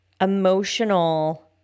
emotional